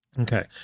Okay